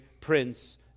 prince